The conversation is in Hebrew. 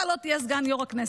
אתה לא תהיה סגן יו"ר הכנסת,